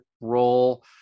role